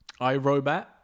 iRobot